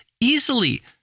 easily